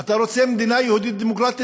אתה רוצה מדינה יהודית-דמוקרטית,